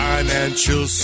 Financial